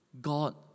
God